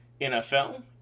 NFL